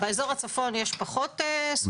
באזור הצפון יש פחות סופות אבק.